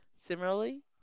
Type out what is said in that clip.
Similarly